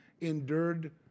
endured